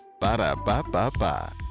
Ba-da-ba-ba-ba